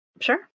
Sure